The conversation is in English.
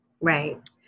right